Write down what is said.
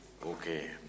Okay